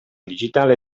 digitale